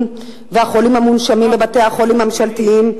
בתי-החולים והחולים המונשמים בבתי-החולים הממשלתיים.